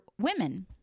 women